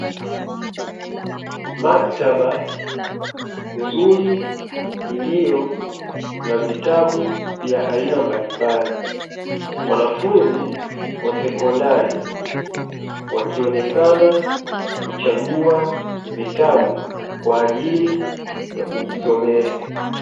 Maktaba nzuri iliyo na vitabu vya aina mbalimbali, wanafunzi wa sekondari wakionekana kuchagua vitabu kwa ajili ya kujisomea.